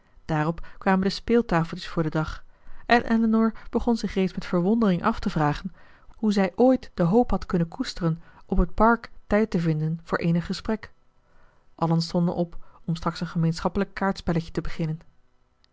daarop kwamen de speeltafeltjes voor den dag en elinor begon zich reeds met verwondering af te vragen hoe zij ooit de hoop had kunnen koesteren op het park tijd te vinden voor eenig gesprek allen stonden op om straks een gemeenschappelijk kaartspelletje te beginnen